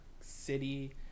City